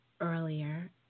earlier